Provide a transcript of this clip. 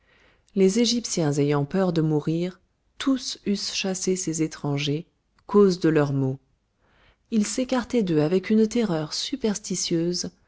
les égyptiens ayant peur de mourir tous eussent chassé ces étrangers cause de leurs maux ils s'écartaient d'eux avec une terreur superstitieuse